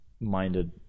minded